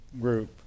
group